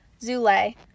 Zule